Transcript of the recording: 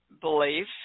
belief